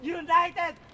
united